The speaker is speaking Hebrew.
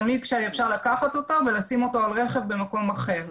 צמיג שאפשר לקחת אותו ולשים אותו על רכב במקום אחר.